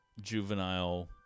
juvenile